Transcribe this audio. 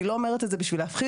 אני לא אומרת את זה בשביל להפחיד,